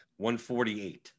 148